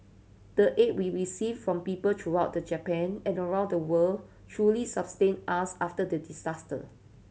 the aid we received from people throughout the Japan and around the world truly sustained us after the disaster